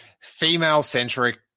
female-centric